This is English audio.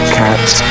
cats